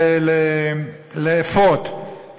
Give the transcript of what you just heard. לאפות,